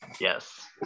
Yes